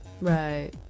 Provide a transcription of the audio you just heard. Right